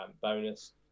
bonus